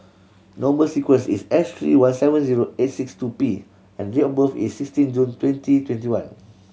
number sequence is S three one seven zero eight six two P and date of birth is sixteen June twenty twenty one